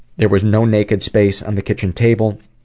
there was no naked space on the kitchen table.